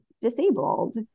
disabled